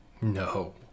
No